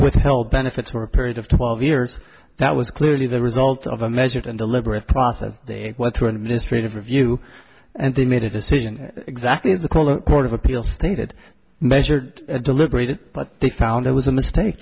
withheld benefits for a period of twelve years that was clearly the result of a measured and deliberate process they went through an administrative review and they made a decision exactly the call a court of appeal stated measured deliberated but they found it was a mistake